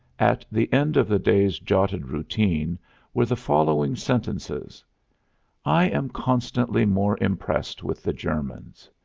at the end of the day's jotted routine were the following sentences i am constantly more impressed with the germans.